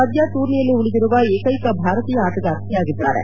ಸದ್ಯ ಟೂರ್ನಿಯಲ್ಲಿ ಉಳಿದಿರುವ ಏಕ್ವೆಕ ಭಾರತೀಯ ಆಟಗಾರ್ತಿಯಾಗಿದ್ದಾರೆ